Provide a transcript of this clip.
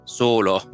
solo